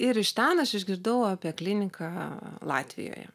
ir iš ten aš išgirdau apie kliniką latvijoje